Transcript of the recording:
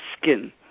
skin